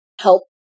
help